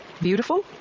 Beautiful